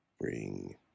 bring